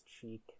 cheek